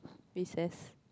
recess